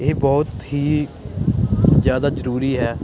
ਇਹ ਬਹੁਤ ਹੀ ਜ਼ਿਆਦਾ ਜ਼ਰੂਰੀ ਹੈ